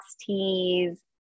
teas